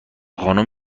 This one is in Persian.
خانوم